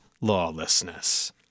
lawlessness